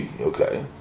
okay